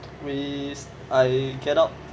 we I cannot